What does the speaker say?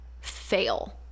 fail